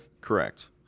Correct